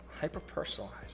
hyper-personalized